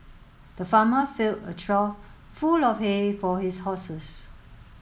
the farmer filled a trough full of hay for his horses